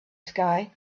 sky